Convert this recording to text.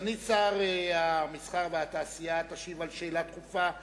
סגנית שר התעשייה והמסחר תשיב על שאלה דחופה מס'